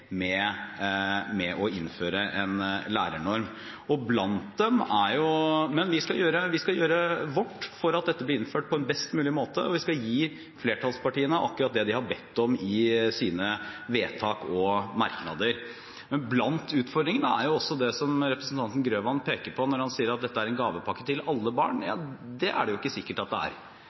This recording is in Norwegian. med å innføre en lærernorm. Vi skal gjøre vårt for at dette blir innført på en best mulig måte, og vi skal gi flertallspartiene akkurat det de har bedt om i sine vedtak og merknader. Men blant utfordringene er jo også det som representanten Grøvan peker på, når han sier at dette er en gavepakke til alle barn, for det er det jo ikke sikkert at det er,